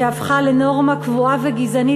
שהפכה לנורמה קבועה וגזענית,